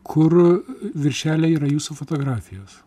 kur viršeliai yra jūsų fotografijos